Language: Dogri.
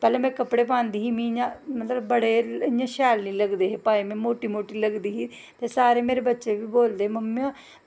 पैह्लैं में कपड़े पांदी ही मतलब बड़े इ'यां शैल निं लगदे हे पाए दे में इ'यां मोटी मोटी लगदी ही ते सारे मेरे बच्चे बी बोलदे हे मम्मा